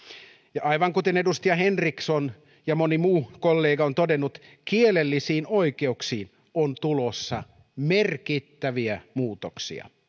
ja aivan kuten edustaja henriksson ja moni muu kollega on todennut kielellisiin oikeuksiin on tulossa merkittäviä muutoksia